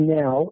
now